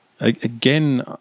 again